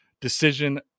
decision